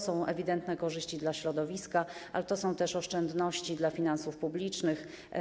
Są też ewidentne korzyści dla środowiska, ale są też oszczędności finansów publicznych.